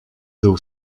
był